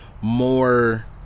more